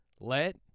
Let